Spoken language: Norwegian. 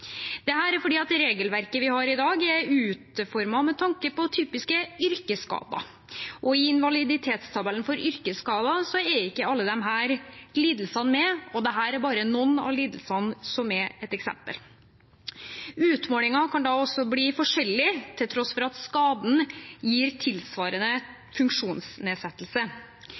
Det er fordi det regelverket vi har i dag, er utformet med tanke på typiske yrkesskader. I invaliditetstabellen for yrkesskader er ikke alle disse lidelsene med, og dette er bare noen av eksemplene. Utmålingene kan da også bli forskjellige til tross for at skaden gir en tilsvarende funksjonsnedsettelse.